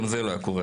גם זה לא היה קורה,